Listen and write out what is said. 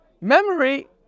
Memory